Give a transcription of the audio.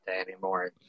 anymore